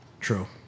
True